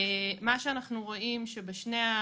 זה עוד הוכחה לכך שמדובר ב --- ושרים יכולים לבחור.